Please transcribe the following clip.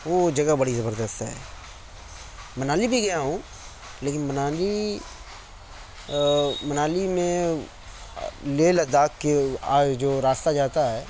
وہ جگہ بڑی زبردست ہے منالی بھی گیا ہوں لیکن منالی منالی میں لیہ لداخ کے آ جو راستہ جاتا ہے